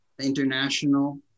international